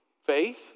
Faith